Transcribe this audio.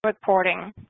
Reporting